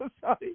Sorry